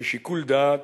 בשיקול דעת,